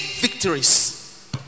victories